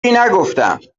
نگفتم